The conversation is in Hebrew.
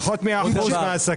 פחות מאחוז אחד.